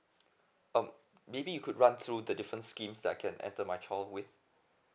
um maybe you could run through the different schemes I can enter my child with